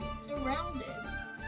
surrounded